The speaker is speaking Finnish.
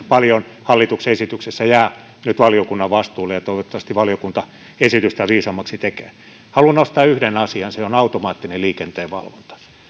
paljon hallituksen esityksessä jää nyt valiokunnan vastuulle ja toivottavasti valiokunta esitystä viisaammaksi tekee haluan nostaa esiin yhden asian se on automaattinen liikenteen valvonta